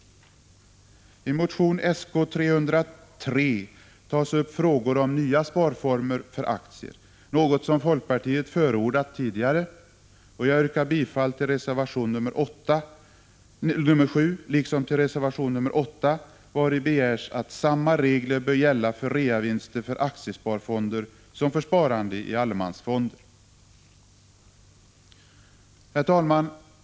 I motion Sk303 tas upp frågor om nya sparformer för aktier, något som folkpartiet förordat tidigare, och jag yrkar bifall till reservation nr 7 liksom till reservation nr 8, vari begärs att samma regler bör gälla för reavinster i aktiesparfonder som för sparande i allemansfonder. Herr talman!